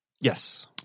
Yes